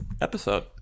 episode